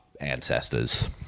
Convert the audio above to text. ancestors